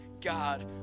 God